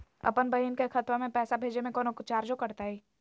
अपन बहिन के खतवा में पैसा भेजे में कौनो चार्जो कटतई?